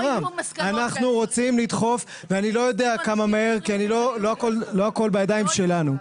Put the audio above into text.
אנחנו רוצים לדחוף ואני לא יודע כמה מהר כי לא הכול בידיים שלנו.